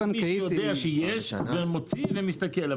הוא יודע שיש, מוציא ומסתכל.